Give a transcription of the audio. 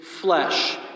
flesh